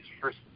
first